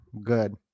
good